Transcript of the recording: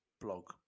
blog